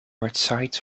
outside